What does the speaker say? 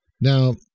Now